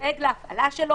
שדואג להפעלתו,